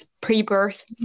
pre-birth